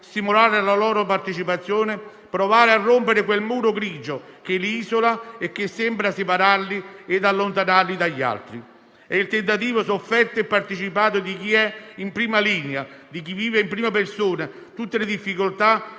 stimolare la loro partecipazione, provare a rompere quel muro grigio che li isola e sembra separarli e allontanarli dagli altri. È il tentativo sofferto e partecipato di chi è in prima linea, di chi vive in prima persona tutte le difficoltà